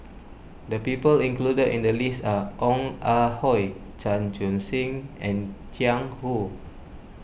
the people included in the list are Ong Ah Hoi Chan Chun Sing and Jiang Hu